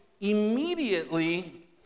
immediately